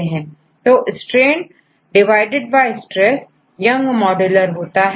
तो strainstress Young modular होता है